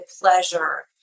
pleasure